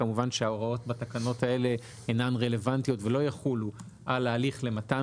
כמובן שההוראות בתקנות האלה אינן רלוונטיות ולא יחולו על ההליך למתן